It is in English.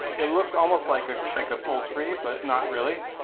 it looks almost like ah like a full tree, but not really.